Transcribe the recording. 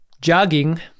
jogging